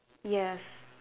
yes